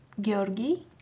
Georgi